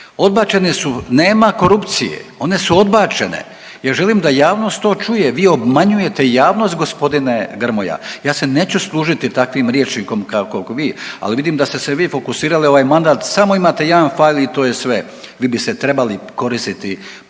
odbačeni su, nema korupcije, one su odbačene, ja želim da javnost to čuje. Vi obmanjujete javnost gospodine Grmoja. Ja se neću služiti takvim rječnikom kako vi, ali vidim da ste se vi fokusirali ovaj mandat samo imate jedan fail i to je sve. Vi biste trebali koristiti